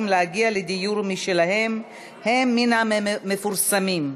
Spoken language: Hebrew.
להגיע לדיור משלהם הם מן המפורסמות.